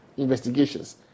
investigations